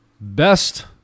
best